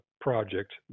project